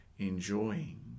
enjoying